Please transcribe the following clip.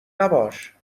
نباش